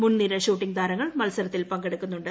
മുൻനിര ഷൂട്ടിംങ് താരങ്ങൾ മത്സരത്തിൽ പങ്കെടുക്കുന്നുണ്ട്